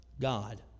God